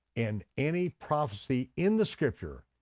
and any prophecy in the scripture,